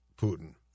Putin